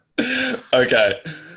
Okay